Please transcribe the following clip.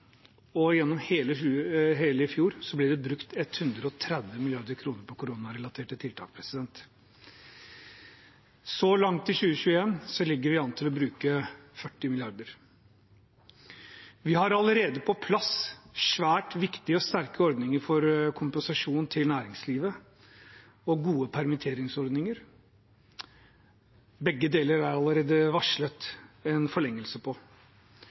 og gjennom hele det året ble det brukt 130 mrd. kr på koronarelaterte tiltak. Så langt i 2021 ligger vi an til å bruke 40 mrd. kr. Vi har allerede fått på plass svært viktige og sterke ordninger for kompensasjon til næringslivet og gode permitteringsordninger. Begge deler er det allerede varslet en forlengelse